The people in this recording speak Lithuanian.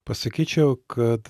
pasakyčiau kad